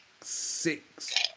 six